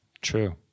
True